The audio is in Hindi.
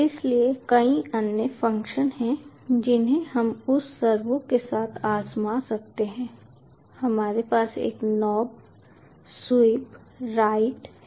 इसलिए कई अन्य फंक्शन हैं जिन्हें हम उस सर्वो के साथ आज़मा सकते हैं हमारे पास एक नॉब स्वीप राइट है